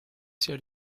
sia